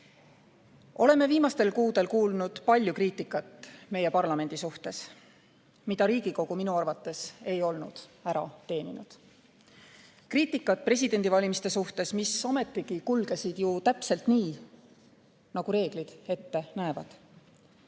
viimastel kuudel kuulnud palju kriitikat meie parlamendi suhtes, mida Riigikogu minu arvates pole ära teeninud. Kriitikat presidendivalimiste suhtes, mis ometigi kulgesid täpselt nii, nagu reeglid ette näevad.